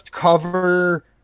cover